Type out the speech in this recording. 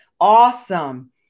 Awesome